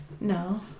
No